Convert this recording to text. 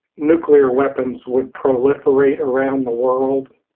nuclear weapons would proliferate around the world.